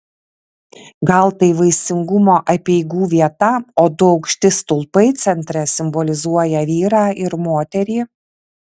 gal tai vaisingumo apeigų vieta o du aukšti stulpai centre simbolizuoja vyrą ir moterį